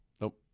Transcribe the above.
Nope